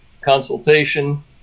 consultation